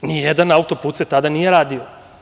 Ni jedan autoput se tada nije radio.